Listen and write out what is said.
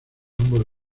ambos